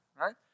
right